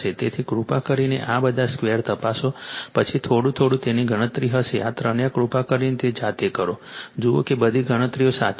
તેથી કૃપા કરીને આ બધા સ્કવેર તપાસો પછી થોડું થોડું તેની ગણતરી હશે આ ત્રણેય કૃપા કરીને તે જાતે કરો જુઓ કે બધી ગણતરીઓ સાચી છે